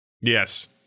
Yes